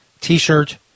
t-shirt